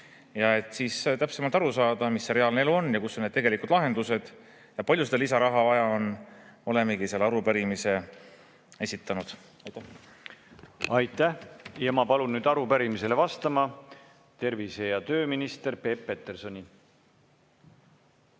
Et täpsemalt aru saada, mis on reaalne elu, kus on tegelikud lahendused ja kui palju seda lisaraha vaja on, olemegi selle arupärimise esitanud. Aitäh! Aitäh! Ma palun arupärimisele vastama tervise- ja tööminister Peep Petersoni.